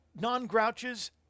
non-grouches